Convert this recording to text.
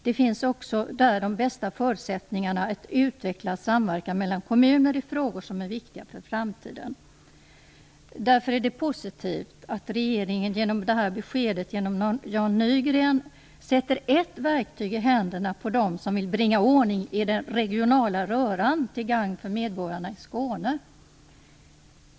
Där finns också de bästa förutsättningarna att utveckla samverkan mellan kommunerna i frågor som är viktiga för framtiden. Därför är beskedet från regeringen genom Jan Nygren positivt. Det innebär att man sätter ett verktyg i händerna på dem som vill bringa ordning i den regionala röran till gagn för medborgarna i Skåne.